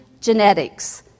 genetics